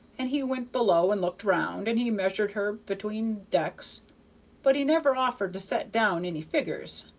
and he went below and looked round, and he measured her between decks but he never offered to set down any figgers,